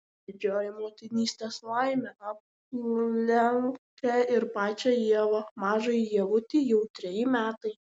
didžioji motinystės laimė aplankė ir pačią ievą mažajai ievutei jau treji metai